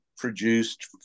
produced